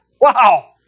Wow